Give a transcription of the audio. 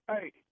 Hey